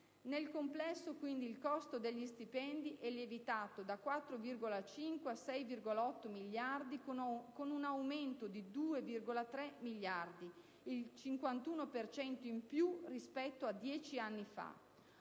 Nel complesso quindi il costo degli stipendi è lievitato da 4,5 a 6,8 miliardi, con un aumento di 2,3 miliardi, il 51 per cento in più rispetto a dieci anni fa.